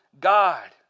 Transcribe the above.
God